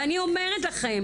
ואני אומרת לכם,